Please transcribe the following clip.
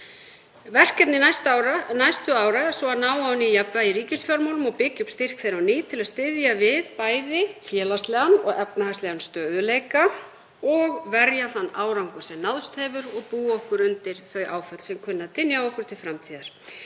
Verkefni næstu ára er svo að ná að nýju jafnvægi í ríkisfjármálunum og byggja upp styrk þeirra á ný til að styðja við bæði félagslegan og efnahagslegan stöðugleika og verja þann árangur sem náðst hefur og búa okkur undir þau áföll sem kunna að dynja á okkur til framtíðar.